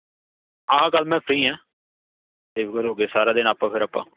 ਹਾਂ ਹਾਂ ਕੱਲ੍ਹ ਮੈਂ ਫਰੀ ਹਾਂ ਬੇਫਿਕਰ ਹੋ ਕੇ ਸਾਰਾ ਦਿਨ ਆਪਾਂ ਫਿਰ ਆਪਾਂ